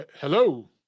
Hello